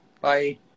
Bye